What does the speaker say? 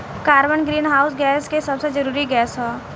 carbon greenhouse gas के सबसे जरूरी गैस ह